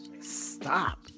Stop